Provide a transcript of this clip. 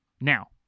Now